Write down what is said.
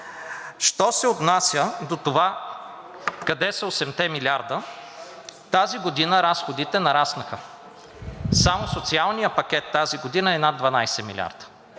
Що се отнася до това къде са осемте милиарда, тази година разходите нараснаха. Само социалният пакет тази година е над 12 милиарда.